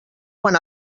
quan